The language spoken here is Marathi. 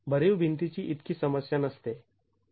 भरीव भिंतीची इतकी समस्या नसते